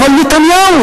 אבל נתניהו